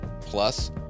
Plus